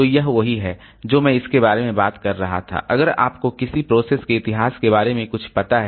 तो यह वही है जो मैं इसके बारे में बात कर रहा था अगर आपको किसी प्रोसेस के इतिहास के बारे में कुछ पता है